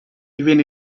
even